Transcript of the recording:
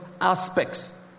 aspects